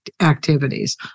activities